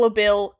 bill